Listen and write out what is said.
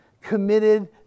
committed